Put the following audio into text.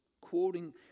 quoting